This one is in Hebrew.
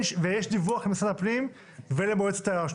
ויש דיווח למשרד הפנים ולמועצת הרשות